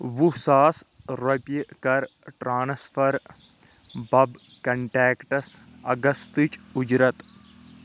وُہ ساس رۄپیہِ کَر ٹرانسفر بَب کنٹیکٹَس اَگستٕچ اُجرت